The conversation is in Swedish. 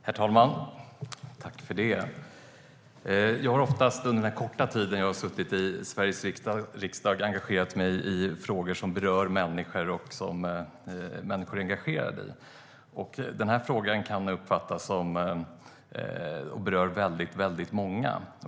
Herr talman! Under den korta tid jag har suttit i Sveriges riksdag har jag engagerat mig i frågor som berör och engagerar människor. Denna fråga kan uppfattas som att den berör väldigt många.